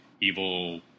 evil